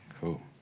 cool